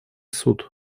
суд